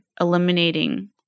eliminating